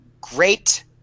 great